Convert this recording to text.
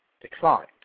declined